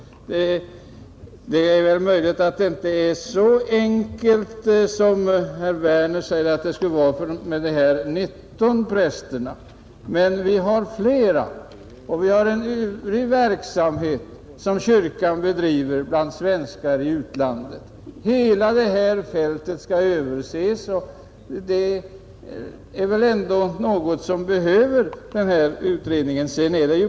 Det är väl möjligt att det inte är så enkelt som herr Werner säger, att saken gäller bara dessa 19 präster, Kyrkan bedriver en livlig verksamhet bland svenskar i utlandet, och hela fältet skall ses över av utredningen.